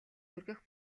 хүргэх